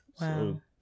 Wow